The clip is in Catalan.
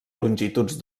longituds